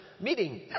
meeting